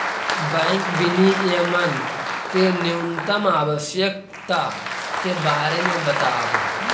bank विनियमन के न्यूनतम आवश्यकता के बारे में बतावऽ